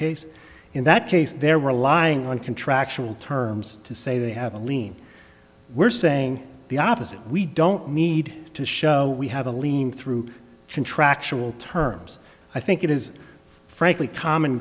case in that case there were lying on contractual terms to say they have a lien we're saying the opposite we don't need to show we have a lien through contractual terms i think it is frankly common